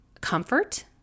comfort